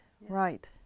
right